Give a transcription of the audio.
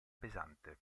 pesante